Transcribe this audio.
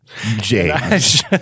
James